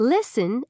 Listen